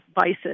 vices